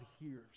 hears